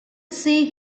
see